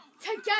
together